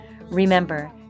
Remember